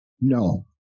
No